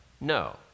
no